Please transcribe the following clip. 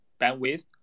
bandwidth